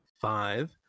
five